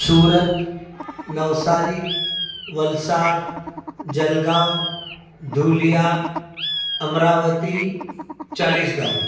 सूरत नवसारी वल्सार जलगांव दुलीया अमरावती चालीस गांव